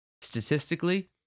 statistically